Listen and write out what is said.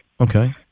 Okay